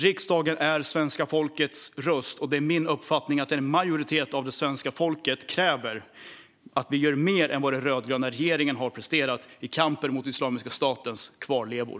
Riksdagen är svenska folkets röst. Det är min uppfattning att en majoritet av det svenska folket kräver att vi gör mer än vad den rödgröna regeringen har presterat i kampen mot Islamiska statens kvarlevor.